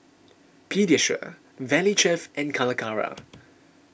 Pediasure Valley Chef and Calacara